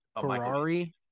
ferrari